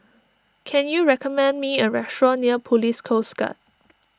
can you recommend me a restaurant near Police Coast Guard